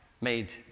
made